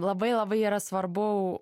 labai labai yra svarbu